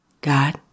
God